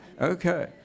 okay